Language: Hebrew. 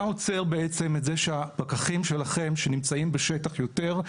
מה עוצר בעצם את זה שהפקחים שלכם שנמצאים בשטח יותר,